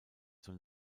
zur